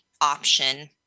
option